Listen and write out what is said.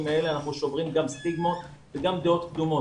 האלה אנחנו שוברים גם סטיגמות וגם דעות קדומות.